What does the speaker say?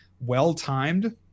well-timed